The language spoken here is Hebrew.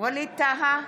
ווליד טאהא,